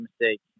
mistake